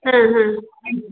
ಹಾಂ ಹಾಂ